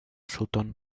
sutton